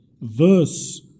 verse